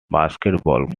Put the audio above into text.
basketball